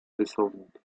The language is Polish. rysownik